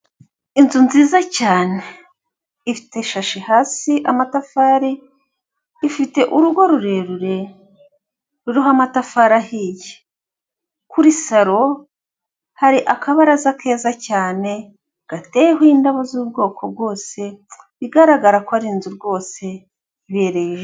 Inzu nziza cyane ifite ishashi hasi amatafari, ifite urugo rurerure ruriho amatafari ahiye, kuri salo hari akabaraza keza cyane gateyeho indabo z'ubwoko bwose igaragara ko ari inzu rwose ibereye ijisho.